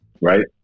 right